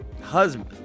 Husband